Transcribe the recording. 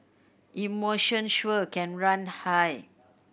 emotions sure can run high